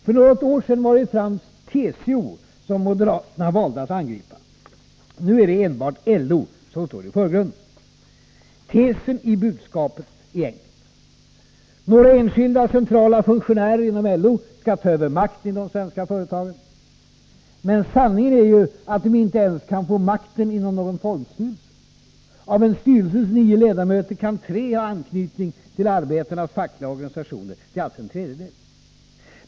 För något år sedan var det framför allt TCO som moderaterna valde att angripa. Nu är det enbart LO som står i förgrunden. Tesen i budskapet är enkel. Några enskilda centrala funktionärer inom LO skall ta över makten i de svenska företagen. Men sanningen är ju att de inte ens kan få makten inom någon fondstyrelse. Av en styrelses nio ledamöter kan tre ha anknytning till arbetarnas fackliga organisationer. Det är alltså en tredjedel.